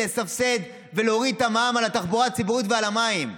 לסבסד ולהוריד את המע"מ על התחבורה הציבורית ועל המים.